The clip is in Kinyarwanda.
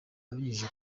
abinyujije